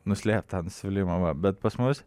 nuslėpt tą nusivylimą va bet pas mus